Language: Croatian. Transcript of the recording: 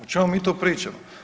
O čemu mi tu pričamo?